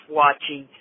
watching